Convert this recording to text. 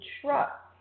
truck